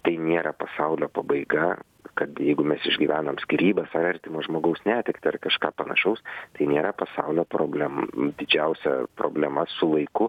tai nėra pasaulio pabaiga kad jeigu mes išgyvenom skyrybas ar artimo žmogaus netektį ar kažką panašaus tai nėra pasaulio problem didžiausia problema su laiku